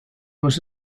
was